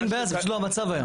אין בעיה, זה פשוט לא המצב היום.